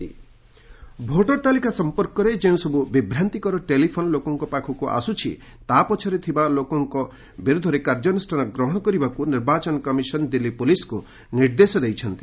EC electoral roll voter ତାଲିକା ସଂପର୍କରେ ଯେଉଁସବୁ ବିଭ୍ରାନ୍ତିକର ଟେଲିଫୋନ୍ ଲୋକଙ୍କ ପାଖକୁ ଆସୁଛି ତା' ପଛରେ ଥିବା ଲୋକଙ୍କ ବିରୋଧରେ କାର୍ଯ୍ୟାନୁଷ୍ଠାନ ଗ୍ରହଣ କରିବାକୁ ନିର୍ବାଚନ କମିଶନ ଦିଲ୍ଲୀ ପୁଲିସ୍କୁ ନିର୍ଦ୍ଦେଶ ଦେଇଛନ୍ତି